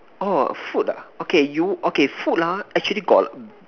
orh food ah okay you okay food ah actually got